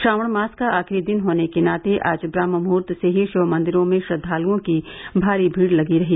श्रावण मास का आखिरी दिन होने के नाते आज ब्रम्हमुहूर्त से ही शिव मंदिरों में श्रद्वालुओं की भारी भीड लगी रही